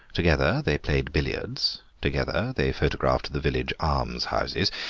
together they played billiards, together they photographed the village almshouses,